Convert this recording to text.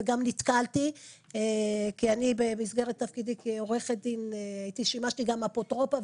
וגם נתקלתי כי אני במסגרת תפקידי כעו"ד שימשתי גם אפוטרופסית,